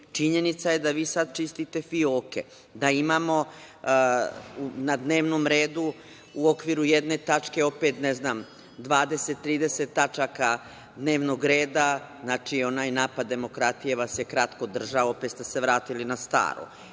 Činjenica je da vi sada čistite fioke, da imamo na dnevnom redu u okviru jedne tačke, ne znam, 20, 30 tačaka dnevnog reda. Znači, onaj napad demokratije vas je kratko držao. Opet ste se vratili na staro.